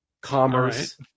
commerce